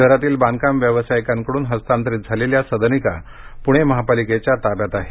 शहरातील बांधकाम व्यावसायिकांकडून हस्तांतरीत झालेल्या सदनिका पुणे महापालिकेच्या ताब्यात आहेत